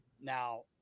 Now